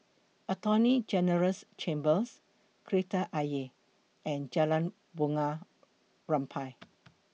Attorney General's Chambers Kreta Ayer and Jalan Bunga Rampai